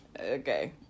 Okay